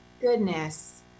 goodness